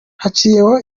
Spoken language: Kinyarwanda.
haciyeho